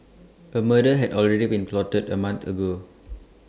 A murder had already been plotted A month ago